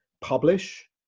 publish